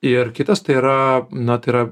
ir kitas tai yra na tai yra